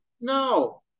No